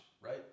right